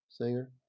Singer